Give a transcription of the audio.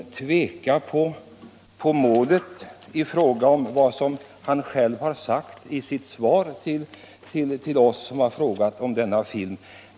Står inte herr statsrådet längre för vad han sagt i sitt svar till oss som frågat om denna film?